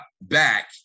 back